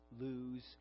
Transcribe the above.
lose